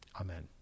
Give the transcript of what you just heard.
Amen